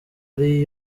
ari